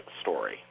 story